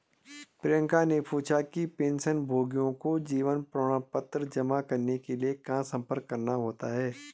प्रियंका ने पूछा कि पेंशनभोगियों को जीवन प्रमाण पत्र जमा करने के लिए कहाँ संपर्क करना होता है?